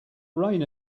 rain